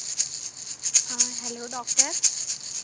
hello doctor